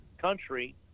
country